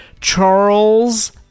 Charles